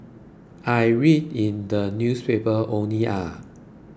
I read in the newspaper only ah